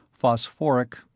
phosphoric